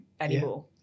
anymore